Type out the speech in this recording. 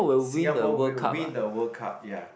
Singapore will win the World Cup ya